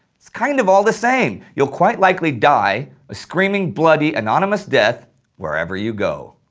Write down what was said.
it's kind of all the same! you'll quite likely die a screaming bloody anonymous death wherever you go!